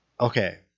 Okay